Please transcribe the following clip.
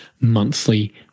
monthly